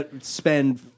spend